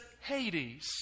Hades